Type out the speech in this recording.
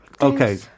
Okay